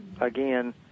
Again